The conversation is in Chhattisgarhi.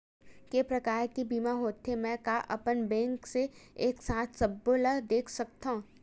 के प्रकार के बीमा होथे मै का अपन बैंक से एक साथ सबो ला देख सकथन?